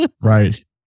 Right